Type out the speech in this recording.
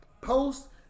Post